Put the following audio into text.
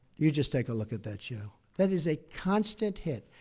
you just take a look at that show. that is a constant hit.